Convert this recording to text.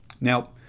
Now